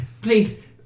please